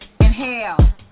Inhale